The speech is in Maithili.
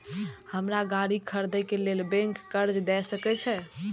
हमरा गाड़ी खरदे के लेल बैंक कर्जा देय सके छे?